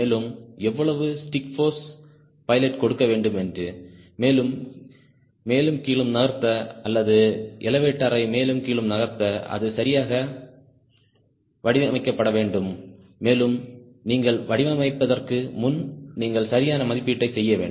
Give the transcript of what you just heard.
மேலும் எவ்வளவு stick force pilot கொடுக்க வேண்டும் மேலும் கீழும் நகர்த்த அல்லது எலெவடோரை மேலும் கீழும் நகர்த்த அது சரியாக வடிவமைக்கப்பட வேண்டும் மேலும் நீங்கள் வடிவமைப்பதற்கு முன் நீங்கள் சரியான மதிப்பீட்டைச் செய்ய வேண்டும்